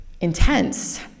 intense